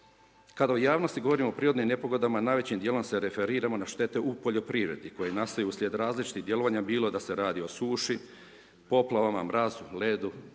Kada u javnosti govorimo o prirodnim nepogodama, najvećim dijelom se referiramo na štete u poljoprivredi koje nastoje uslijed različitih djelovanja, bilo da se radi o suši, poplavama, mrazu, ledu,